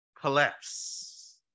collapse